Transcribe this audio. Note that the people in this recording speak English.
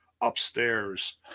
upstairs